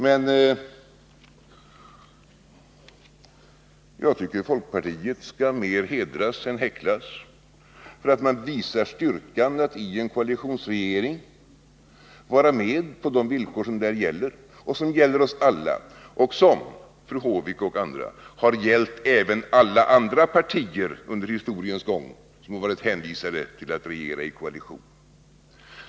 Men jag tycker folkpartiet skall mera hedras än häcklas för att man visar styrkan att i en koalitionsregering vara med på de villkor som där gäller, som gäller oss alla och som, fru Håvik och andra, har gällt även alla andra partier som under historiens gång varit hänvisade till att regera i koalition.